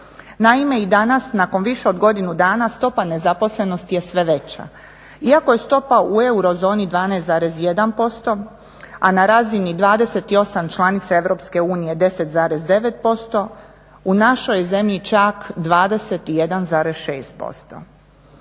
Naime i danas nakon više od godinu dana stopa nezaposlenosti je sve veća. Iako je stopa u eurozoni 12,1% a na razini 28 članica EU 10,9% u našoj zemlji je čak 21,6%.